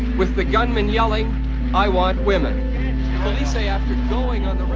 with the gunman yelling i want women. police say after going on